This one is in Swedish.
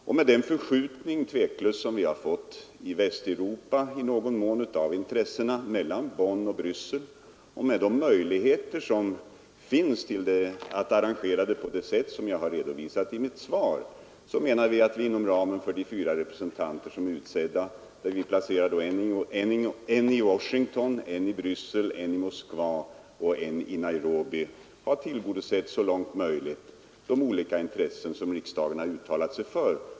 Och med den förskjutning av intressena i Västeuropa som ändå har skett mellan Bonn och Bryssel samt med möjligheterna att arrangera på det sätt som jag har redovisat i svaret kunde vi också med de fyra utsedda representanterna — placerade i Washington, Bryssel, Moskva och Nairobi — tillgodose de olika intressen som riksdagen uttalat.